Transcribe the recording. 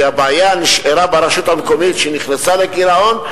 כי הבעיה נשארה ברשות המקומית, שנכנסה לגירעון,